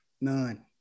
None